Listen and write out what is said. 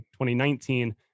2019